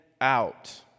out